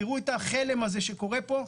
תיראו את החלם הזה שקורה פה.